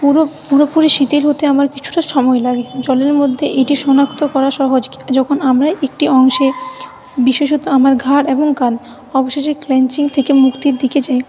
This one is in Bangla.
পুরো পুরোপুরি শিথিল হতে আমার কিছুটা সময় লাগে জলের মধ্যে এইটি শনাক্ত করা সহজ যখন আমার একটি অংশে বিশেষত আমার ঘাড় এবং কাঁধ অবশেষে ক্রাঞ্চিং থেকে মুক্তির দিকে যায়